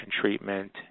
treatment